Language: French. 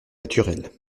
naturel